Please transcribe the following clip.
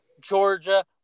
Georgia